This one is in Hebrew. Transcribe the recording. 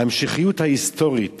ההמשכיות ההיסטורית